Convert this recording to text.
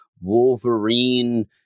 Wolverine